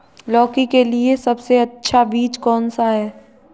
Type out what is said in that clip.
लौकी के लिए सबसे अच्छा बीज कौन सा है?